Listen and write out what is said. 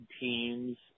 teams